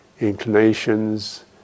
inclinations